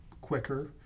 quicker